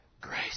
grace